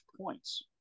points